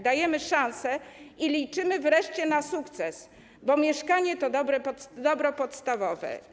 Dajemy szansę i liczymy wreszcie na sukces, bo mieszkanie to dobro podstawowe.